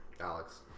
Alex